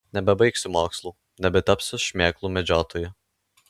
nebebaigsiu mokslų nebetapsiu šmėklų medžiotoju